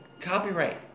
Copyright